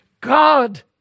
God